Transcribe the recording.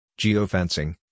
Geofencing